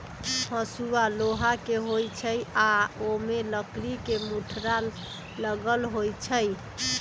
हसुआ लोहा के होई छई आ ओमे लकड़ी के मुठरा लगल होई छई